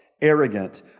arrogant